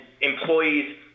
employees